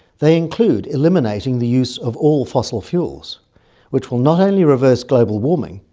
they include eliminating the use of all fossil fuels which will not only reverse global warning,